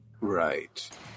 Right